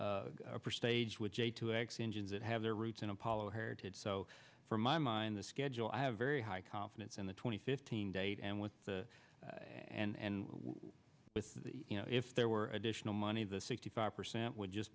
using stage with j two x engines that have their roots in apollo heritage so for my mind the schedule i have very high confidence in the twenty fifteen date and with the and with the you know if there were additional money the sixty five percent would just